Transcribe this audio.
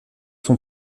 son